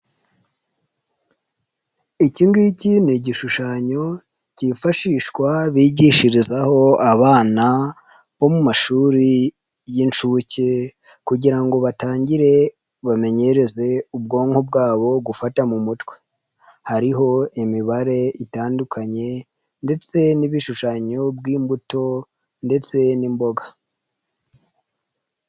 Iki ngiki ni igishushanyo kifashishwa bigishirizaho abana bo mu mashuri y'inshuke kugira ngo batangire bamenyereze ubwonko bwabo gufata mu mutwe, hariho imibare itandukanye ndetse n'ubushushanyo by'imbuto ndetse n'imboga.